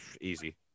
Easy